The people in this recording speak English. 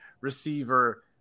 receiver